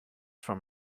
from